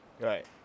Right